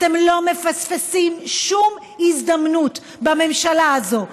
אתם לא מפספסים שום הזדמנות בממשלה הזאת,